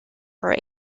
were